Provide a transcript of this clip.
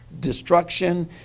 destruction